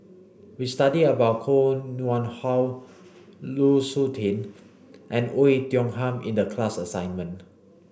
we studied about Koh Nguang How Lu Suitin and Oei Tiong Ham in the class assignment